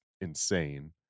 insane